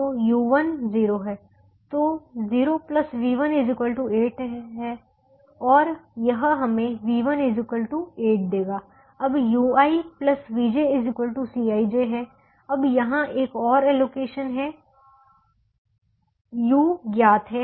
तो u1 0 है तो 0 v1 8 है और यह हमें v1 8 देगा अब ui vj Cij है अब यहाँ एक और एलोकेशन है u ज्ञात है